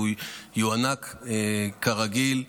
והוא יוענק כרגיל,